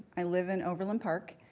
i live in overland park,